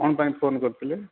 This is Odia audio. କ'ଣ ପାଇଁ ଫୋନ କରିଥିଲେ